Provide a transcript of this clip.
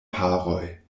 paroj